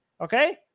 Okay